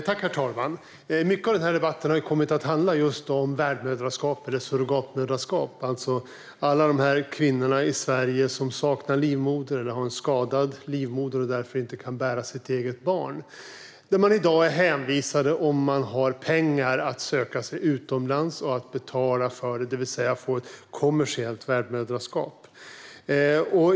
Herr talman! Mycket av den här debatten har kommit att handla om just värdmoderskap eller surrogatmoderskap. Det handlar om alla de kvinnor i Sverige som saknar livmoder eller har en skadad livmoder och därför inte kan bära sitt eget barn. De är i dag hänvisade till att söka sig utomlands, om de har pengar, och betala för ett kommersiellt värdmoderskap.